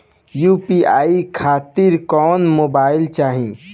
UPI खातिर कौन mobile चाहीं?